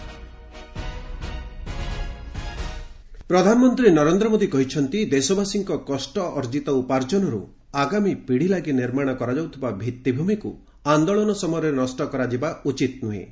PM freight corridor ପ୍ରଧାନମନ୍ତ୍ରୀ ନରେନ୍ଦ୍ର ମୋଦୀ କହିଛନ୍ତି ଦେଶବାସୀଙ୍କ କଷ୍ଟ ଅର୍ଜିତ ଉପାର୍ଜନରୁ ଆଗାମୀ ପିଢ଼ିଲାଗି ନିର୍ମାଣ କରାଯାଉଥିବା ମୌଳିକଢାଞ୍ଚାକୁ ଆନ୍ଦୋଳନ ସମୟରେ ନଷ୍ଟ କରାଯିବା ଉଚିତ୍ ନୁହେଁ